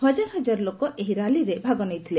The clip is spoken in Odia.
ହଜାର ହଜାର ଲୋକ ଏହି ର୍ୟାଲିରେ ଭାଗ ନେଇଥିଲେ